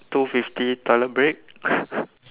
two fifty toilet break